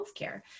healthcare